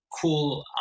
cool